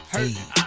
Hey